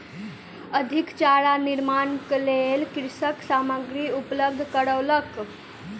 अधिक चारा निर्माणक लेल कृषक सामग्री उपलब्ध करौलक